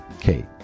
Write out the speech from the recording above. Kate